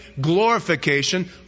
Glorification